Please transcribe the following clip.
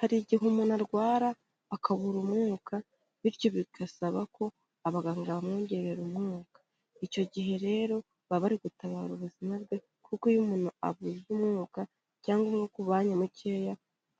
Hari igihe umuntu arwara akabura umwuka bityo bigasaba ko abaganga bamwongerera umuka, icyo gihe rero, baba bari gutabara ubuzima bwe kuko iyo umuntu abuze umwuka cyangwa umwuka umubanye mukeya,